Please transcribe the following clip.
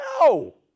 no